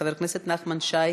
חבר הכנסת נחמן שי,